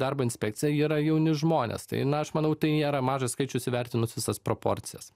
darbo inspekcija yra jauni žmonės tai na aš manau tai nėra mažas skaičius įvertinus visas proporcijas